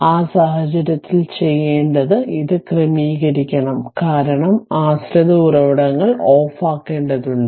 ആ സാഹചര്യത്തിൽ ചെയ്യേണ്ടത് ഇത് ക്രമീകരിക്കണം കാരണം ആശ്രിത ഉറവിടങ്ങൾ ഓഫാക്കേണ്ടതുണ്ട്